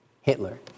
Hitler